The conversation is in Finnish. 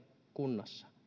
kunnassa